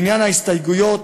לעניין ההסתייגויות,